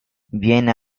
viene